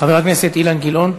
חבר הכנסת אילן גילאון.